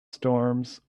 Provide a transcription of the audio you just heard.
storms